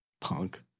Punk